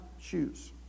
shoes